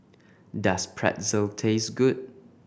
does Pretzel taste good